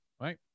right